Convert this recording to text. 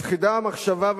מפחידה המחשבה,